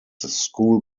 school